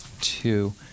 Two